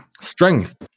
Strength